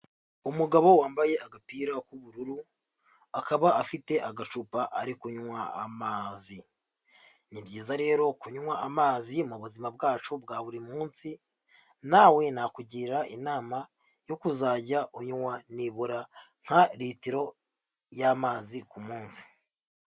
Umugabo wambaye agapira k'ubururu, akaba afite agacupa ari kunywa amazi, ni byiza rero kunywa amazi mu buzima bwacu bwa buri munsi, nawe nakugira inama yo kuzajya unywa nibura nka litiro y'amazi ku munsi.